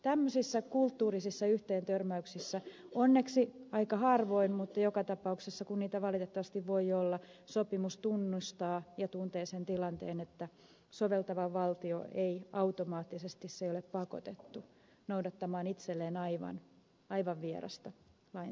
tämmöisissä kulttuurisissa yhteentörmäyksissä onneksi aika harvoin mutta joka tapauksessa kun niitä valitettavasti voi olla sopimus tunnustaa ja tuntee sen tilanteen että soveltava valtio ei automaattisesti ole pakotettu noudattamaan itselleen aivan vierasta lainsäädäntöä